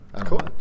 Cool